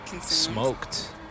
Smoked